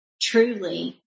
truly